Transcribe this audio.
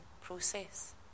process